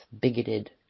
bigoted